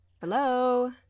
Hello